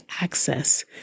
access